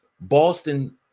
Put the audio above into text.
Boston